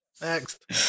Next